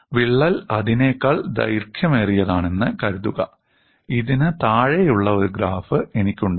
വിള്ളൽ അതിനേക്കാൾ ദൈർഘ്യമേറിയതാണെന്ന് കരുതുക ഇതിന് താഴെയുള്ള ഒരു ഗ്രാഫ് എനിക്കുണ്ടാകും